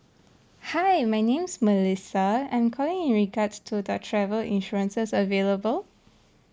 hi my name's melissa I'm calling in regards to the travel insurances available